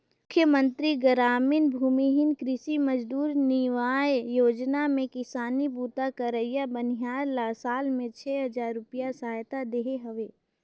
मुख्यमंतरी गरामीन भूमिहीन कृषि मजदूर नियाव योजना में किसानी बूता करइया बनिहार ल साल में छै हजार रूपिया सहायता देहे हवे